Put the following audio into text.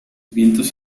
vientos